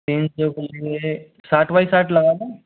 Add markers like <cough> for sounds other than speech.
तीन <unintelligible> हुए साठ बाई साठ लगा दें